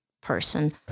person